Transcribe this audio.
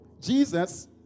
Jesus